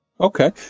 Okay